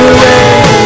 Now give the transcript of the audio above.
away